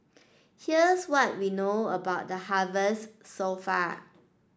here's what we know about the harvest so far